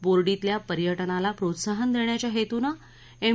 बोर्डीतल्या पर्यटनाला प्रोत्साहन देण्याच्या हेतुन एम